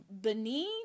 Benin